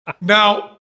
Now